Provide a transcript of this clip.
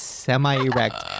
Semi-erect